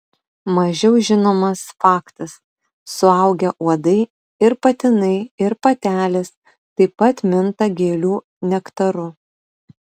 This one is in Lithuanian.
mažiau žinomas faktas suaugę uodai ir patinai ir patelės taip pat minta gėlių nektaru